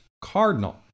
Cardinal